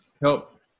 help